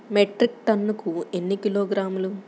Metric టన్నుకు ఎన్ని కిలోగ్రాములు?